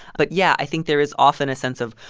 but yeah, i think there is often a sense of,